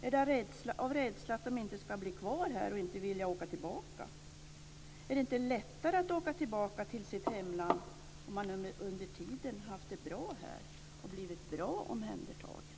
Finns det en rädsla för att de ska bli kvar här och inte vilja åka tillbaka? Är det inte lättare att åka tillbaka till sitt hemland om man under tiden haft det bra här och blivit bra omhändertagen?